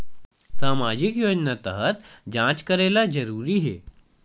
सामजिक योजना तहत जांच करेला जरूरी हे